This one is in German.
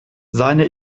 seine